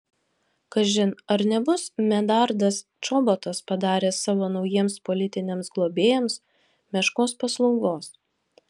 kažin ar nebus medardas čobotas padaręs savo naujiems politiniams globėjams meškos paslaugos